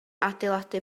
adeiladu